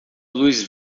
luz